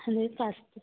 അത് ഫസ്റ്റ്